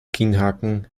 kinnhaken